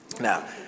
Now